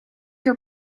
your